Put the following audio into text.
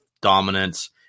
dominance